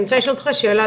אני רוצה לשאול אותך שאלה,